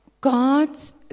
God's